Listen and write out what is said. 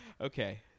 Okay